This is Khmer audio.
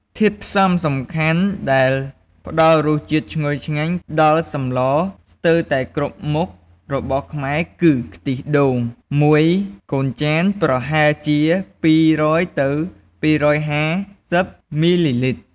ធាតុផ្សំសំខាន់ដែលផ្ដល់រសជាតិឈ្ងុយឆ្ងាញ់ដល់សម្លស្ទើរតែគ្រប់មុខរបស់ខ្មែរគឺ ខ្ទិះដូងមួយកូនចាន ប្រហែលជា ២០០ ទៅ ២៥០ មីលីលីត្រ។